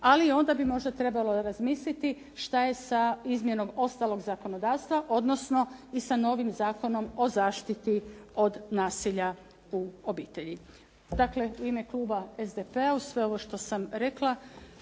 ali onda bi možda trebalo razmisliti što je sa izmjenom ostalog zakonodavstva, odnosno i sa novim Zakonom o zaštiti od nasilja u obitelji. Dakle, u ime kluba SDP-a, uz sve ovo što sam rekla,